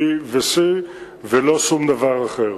B ו-C ולא שום דבר אחר.